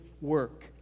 work